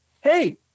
hey